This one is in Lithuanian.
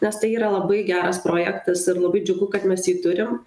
nes tai yra labai geras projektas ir labai džiugu kad mes jį turim